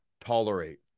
tolerate